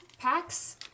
packs